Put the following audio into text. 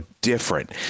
different